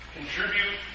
Contribute